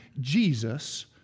Jesus